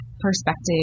perspective